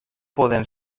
poden